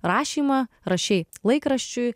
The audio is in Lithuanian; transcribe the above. rašymą rašei laikraščiui